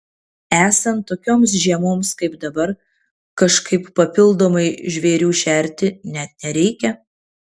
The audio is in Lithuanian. esant tokioms žiemoms kaip dabar kažkaip papildomai žvėrių šerti net nereikia